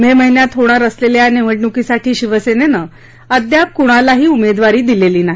मे महिन्यात होणार असलेल्या या निवडणुकीसाठी शिवसेनेनं अद्याप क्णालाही उमेदवारी दिलेली नाही